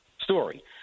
story